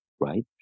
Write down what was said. right